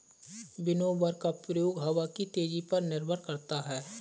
winnower का प्रयोग हवा की तेजी पर निर्भर करता है